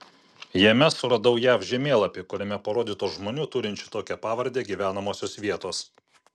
jame suradau jav žemėlapį kuriame parodytos žmonių turinčių tokią pavardę gyvenamosios vietos